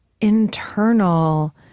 internal